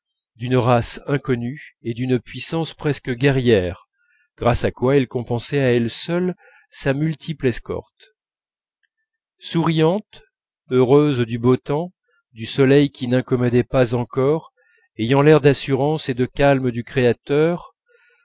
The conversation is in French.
d'une race inconnue et d'une puissance presque guerrière grâce à quoi elle compensait à elle seule sa multiple escorte souriante heureuse du beau temps du soleil qui n'incommodait pas encore ayant l'air d'assurance et de calme du créateur